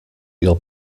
your